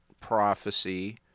prophecy